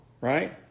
Right